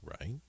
right